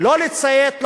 לא לציית לחוק,